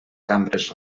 cambres